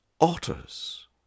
otters